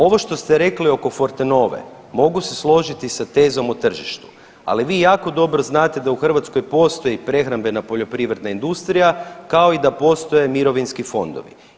Ovo što ste rekli oko Fortenove mogu se složiti sa tezom o tržištu, ali vi jako dobro znate da u Hrvatskoj postoji prehrambena poljoprivredna industrija kao i da postoje mirovinski fondovi.